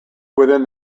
within